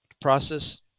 process